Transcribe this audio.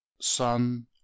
son